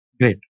Great